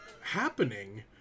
happening